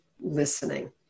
listening